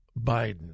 Biden